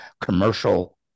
commercial